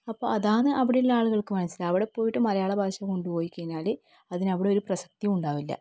അപ്പം അതാണ് അവിടെയുള്ള ആളുകൾക്ക് മനസ്സിലാവും അവിടെ പോയിട്ട് മലയാള ഭാഷ കൊണ്ട് പോയികഴിഞ്ഞാൽ അതിനവിടെ ഒരു പ്രസക്തിയും ഉണ്ടാവില്ല